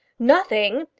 nothing!